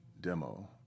demo